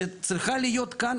שצריכה להיות כאן,